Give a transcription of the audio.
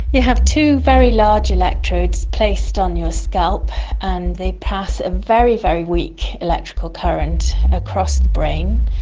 you have two very large electrodes placed on your scalp, and they pass a very, very weak electrical current across the brain,